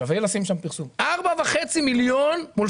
ושווה לשים שם פרסום 4.5 מיליון מול